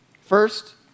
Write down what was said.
First